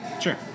Sure